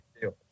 deal